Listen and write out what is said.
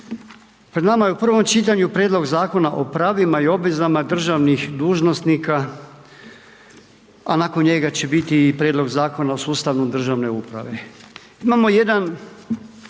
Pred nama je u prvom čitanju Prijedlog Zakona o pravima i obvezama državnih dužnosnika a nakon njega će biti i prijedlog Zakona o sustavu državne uprave.